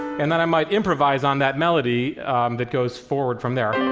and then i might improvise on that melody that goes forward from there